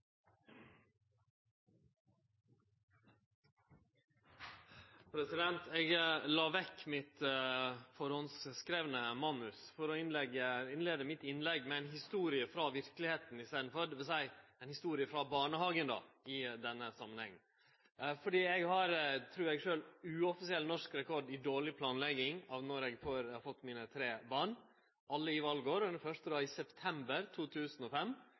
Eg la vekk mitt førehandskrivne manus for å innleie mitt innlegg med ei historie frå verkelegheita i staden, dvs. ei historie frå barnehagen i denne samanhengen. Eg har – trur eg sjølv – uoffisiell norsk rekord i dårleg planlegging av når eg har fått mine tre barn – alle i valår, og det første i september 2005,